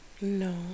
No